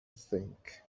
think